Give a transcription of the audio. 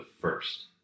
first